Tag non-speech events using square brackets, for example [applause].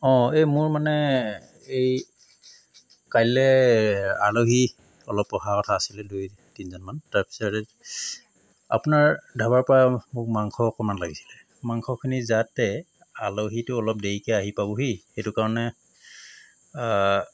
অঁ এই মোৰ মানে এই কাইলৈ আলহী অলপ অহা কথা আছিলে দুই তিনজনমান [unintelligible] আপোনাৰ ধাবাৰ পৰাই মোক মাংস অকণমান লাগিছিলে মাংসখিনি যাতে আলহীটো অলপ দেৰিকৈ পাবহি সেইটো কাৰণে